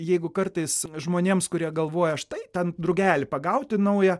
jeigu kartais žmonėms kurie galvoja štai ten drugelį pagauti naują